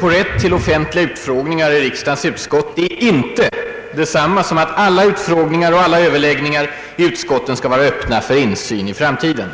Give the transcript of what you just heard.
på rätt till offentliga utfrågningar i riksdagens utskott är inte detsamma som att alla utfrågningar eller överläggningarna i utskotten skall i framtiden vara öppna för insyn.